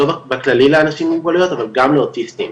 לא רק בכללי לאנשים עם מוגבלויות אבל גם לאוטיסטים,